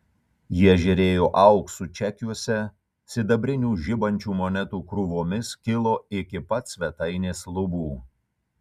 jie žėrėjo auksu čekiuose sidabrinių žibančių monetų krūvomis kilo iki pat svetainės lubų